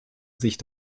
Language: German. sich